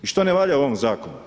I što ne valja u ovom zakonu?